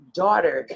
daughter